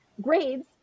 Grades